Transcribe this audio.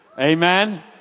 Amen